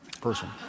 person